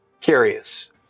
curious